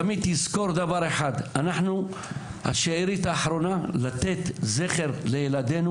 תמיד תזכור דבר אחד אנחנו השארית האחרונה כדי לתת זכר לילדינו.